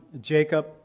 Jacob